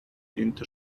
into